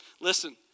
listen